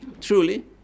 truly